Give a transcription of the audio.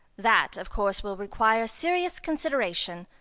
that of course will require serious consideration.